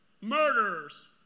murderers